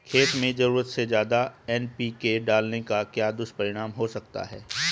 खेत में ज़रूरत से ज्यादा एन.पी.के डालने का क्या दुष्परिणाम हो सकता है?